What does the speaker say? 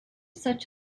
such